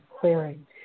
clearing